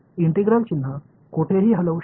integral चिन्ह कोठेही हलवू शकतो